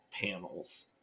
panels